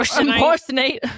Impersonate